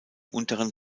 unteren